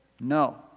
No